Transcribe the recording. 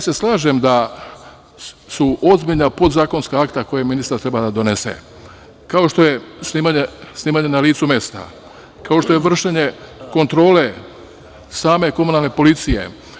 Slažem se da su ozbiljna podzakonska akta koja ministra treba da donese, kao što je snimanje na licu mesta, kao što je vršenje kontrole same komunalne policije.